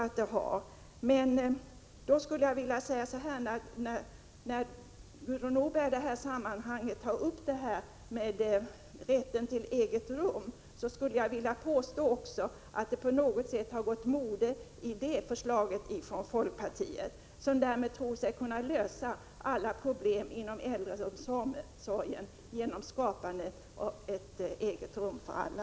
När Gudrun Norberg i detta sammanhang tar upp rätten till eget rum, skulle jag vilja påstå att det på något sätt gått mode i förslaget från folkpartiet — som om man skulle kunna lösa alla problem inom äldreomsorgen genom att skaffa ett eget rum för alla.